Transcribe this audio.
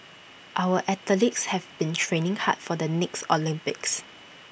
our athletes have been training hard for the next Olympics